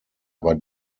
aber